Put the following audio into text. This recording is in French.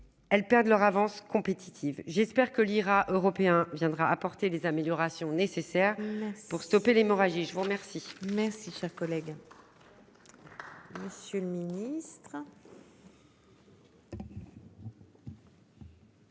Elles perdent leur avance compétitive. J'espère que l'IRA européen viendra apporter les améliorations nécessaires pour stopper l'hémorragie. Je vous remercie. Si. Merci cher collègue.